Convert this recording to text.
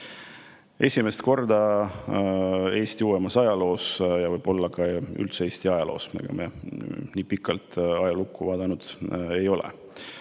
esimest korda Eesti uuemas ajaloos ja võib-olla üldse Eesti ajaloos, ega me nii pikalt tagasi ajalukku vaadanud ei ole.